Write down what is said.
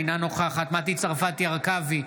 אינה נוכחת מטי צרפתי הרכבי,